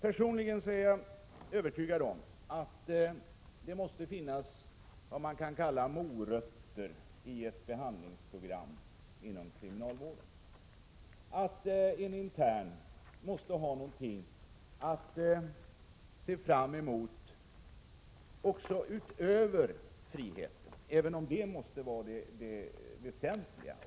Personligen är jag övertygad om att det måste finnas vad man kan kalla morötter i ett behandlingsprogram inom kriminalvården. En intern måste ha någonting att se fram emot utöver friheten, även om detta måste vara det väsentliga.